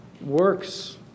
works